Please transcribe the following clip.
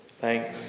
Thanks